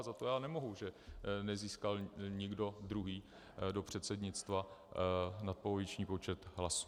Za to já nemohu, že nezískal nikdo druhý do předsednictva nadpoloviční počet hlasů.